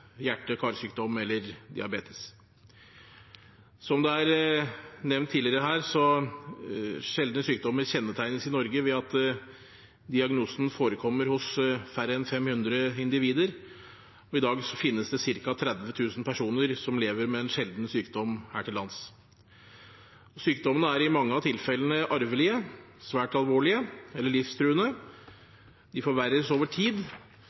hjerte- og karsykdom eller diabetes. Som det er nevnt her tidligere, kjennetegnes sjeldne sykdommer i Norge ved at diagnosen forekommer hos færre enn 500 individer. I dag finnes det ca. 30 000 personer som lever med en sjelden sykdom her til lands. Sykdommene er i mange av tilfellene arvelige, svært alvorlige eller livstruende, de forverres over tid